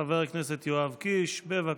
חבר הכנסת יואב קיש, בבקשה.